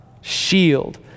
shield